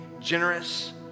generous